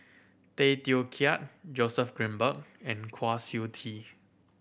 Tay Teow Kiat Joseph Grimberg and Kwa Siew Tee